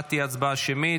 ההצבעה תהיה הצבעה שמית.